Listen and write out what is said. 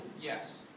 Yes